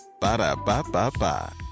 Ba-da-ba-ba-ba